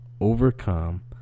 overcome